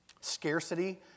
Scarcity